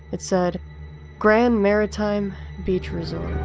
it said grand maritime beach resort.